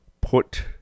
put